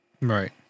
Right